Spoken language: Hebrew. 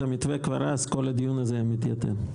המתווה כבר אז וכל הדיון הזה היה מתייתר.